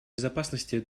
безопасности